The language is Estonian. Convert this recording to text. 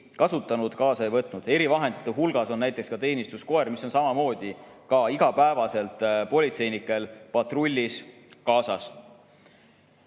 kasutanud, kaasa ei võtnud. Erivahendite hulgas on näiteks ka teenistuskoer, kes on samamoodi ka iga päev politseinikel patrullis kaasas.